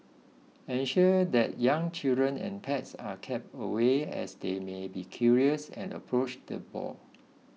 ensure that young children and pets are kept away as they may be curious and approach the boars